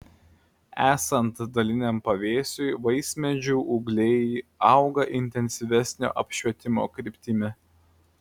esant daliniam pavėsiui vaismedžių ūgliai auga intensyvesnio apšvietimo kryptimi